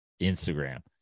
Instagram